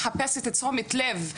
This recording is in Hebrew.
מחפשת תשומת לב.